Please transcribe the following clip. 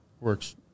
works